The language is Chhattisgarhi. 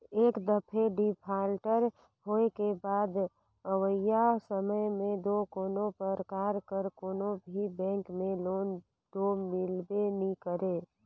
एक दफे डिफाल्टर होए के बाद अवइया समे में दो कोनो परकार कर कोनो भी बेंक में लोन दो मिलबे नी करे